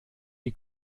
die